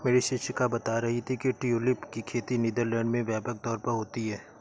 मेरी शिक्षिका बता रही थी कि ट्यूलिप की खेती नीदरलैंड में व्यापक तौर पर होती है